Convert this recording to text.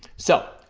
so,